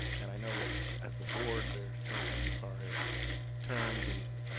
and i know that as the board there's changes as far as terms, and